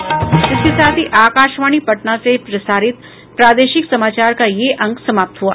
इसके साथ ही आकाशवाणी पटना से प्रसारित प्रादेशिक समाचार का ये अंक समाप्त हुआ